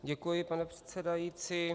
Děkuji, pane předsedající.